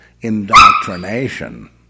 indoctrination